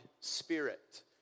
spirit